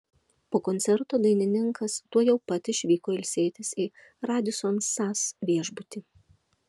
po koncerto dainininkas tuojau pat išvyko ilsėtis į radisson sas viešbutį